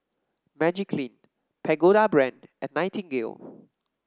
Magiclean Pagoda Brand and Nightingale